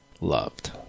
loved